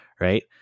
right